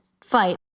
fight